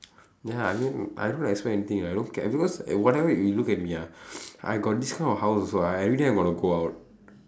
ya I mean I don't expect anything I don't care because whatever you look at me ah I got this kind of house also I everyday I'm going to go out